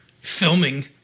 filming